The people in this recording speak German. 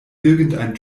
irgendein